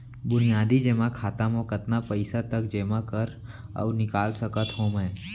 बुनियादी जेमा खाता म कतना पइसा तक जेमा कर अऊ निकाल सकत हो मैं?